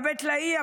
בבית לאהיא,